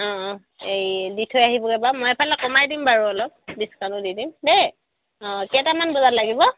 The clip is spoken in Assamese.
অঁ অঁ এই দি থৈ আহিবগৈ বা মই এইফালে কমাই দিম বাৰু অলপ ডিচকাউণ্টো দি দিম দেই অঁ কেইটামান বজাত লাগিব